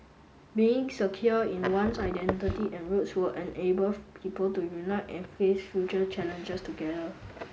being secure in one's identity and roots will enable of people to unite and face future challenges together